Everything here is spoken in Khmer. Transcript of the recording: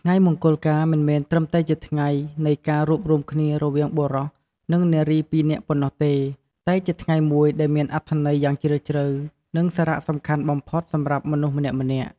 ថ្ងៃមង្គលការមិនមែនត្រឹមតែជាថ្ងៃនៃការរួបរួមគ្នារវាងបុរស និងនារីពីរនាក់ប៉ុណ្ណោះទេ តែជាថ្ងៃមួយដែលមានអត្ថន័យយ៉ាងជ្រាលជ្រៅ និងសារៈសំខាន់បំផុតសម្រាប់មនុស្សម្នាក់ៗ។